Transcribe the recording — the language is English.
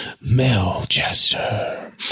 Melchester